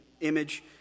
image